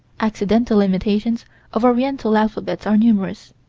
accidental imitations of oriental alphabets are numerous.